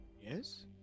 yes